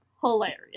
hilarious